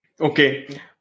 Okay